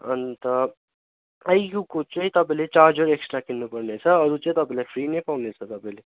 अन्त आइक्यूको चाहिँ तपाईँले चार्जर एक्सट्रा किन्नु पर्नेछ अरू चाहिँ तपाईँले फ्रीमै पाउनेछ तपाईँले